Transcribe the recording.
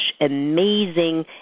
amazing